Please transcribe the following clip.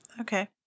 Okay